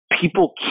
people